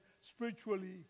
spiritually